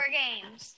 games